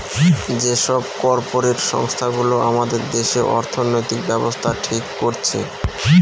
যে সব কর্পরেট সংস্থা গুলো আমাদের দেশে অর্থনৈতিক ব্যাবস্থা ঠিক করছে